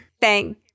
thank